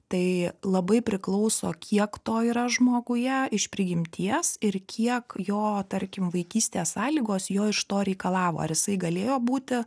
tai labai priklauso kiek to yra žmoguje iš prigimties ir kiek jo tarkim vaikystės sąlygos jo iš to reikalavo ar jisai galėjo būti